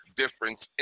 difference